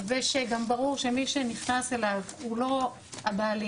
ושגם ברור שמי שנכנס אליו הוא לא הבעלים,